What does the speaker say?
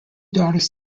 daughters